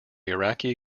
iraqi